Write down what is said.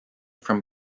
from